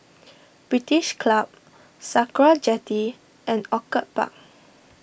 British Club Sakra Jetty and Orchid Park